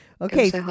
okay